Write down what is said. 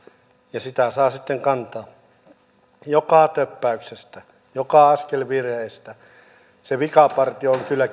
ja sitä saa sitten kantaa joka töppäyksestä joka askelvirheestä se vikapartio on kyllä